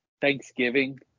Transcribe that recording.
Thanksgiving